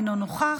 אינו נוכח,